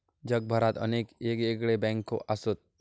जगभरात अनेक येगयेगळे बँको असत